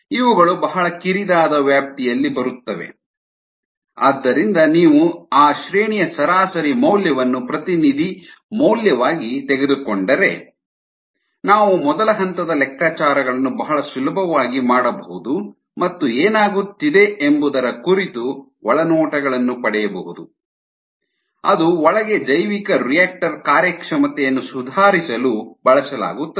ಇವುಗಳು ಬಹಳ ಕಿರಿದಾದ ವ್ಯಾಪ್ತಿಯಲ್ಲಿ ಬರುತ್ತವೆ ಆದ್ದರಿಂದ ನೀವು ಆ ಶ್ರೇಣಿಯ ಸರಾಸರಿ ಮೌಲ್ಯವನ್ನು ಪ್ರತಿನಿಧಿ ಮೌಲ್ಯವಾಗಿ ತೆಗೆದುಕೊಂಡರೆ ನಾವು ಮೊದಲ ಹಂತದ ಲೆಕ್ಕಾಚಾರಗಳನ್ನು ಬಹಳ ಸುಲಭವಾಗಿ ಮಾಡಬಹುದು ಮತ್ತು ಏನಾಗುತ್ತಿದೆ ಎಂಬುದರ ಕುರಿತು ಒಳನೋಟಗಳನ್ನು ಪಡೆಯಬಹುದು ಅದು ಒಳಗೆ ಜೈವಿಕರಿಯಾಕ್ಟರ್ ಕಾರ್ಯಕ್ಷಮತೆಯನ್ನು ಸುಧಾರಿಸಲು ಬಳಸಲಾಗುತ್ತದೆ